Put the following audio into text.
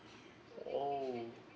oh